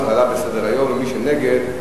ומי שנגד,